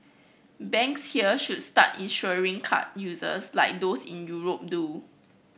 banks here should start insuring card users like those in Europe do